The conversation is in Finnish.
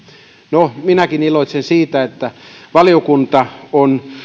no minäkin iloitsen siitä että valiokunta on